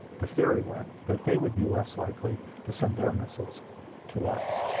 the theory went that they would be less likely to send their missiles to us.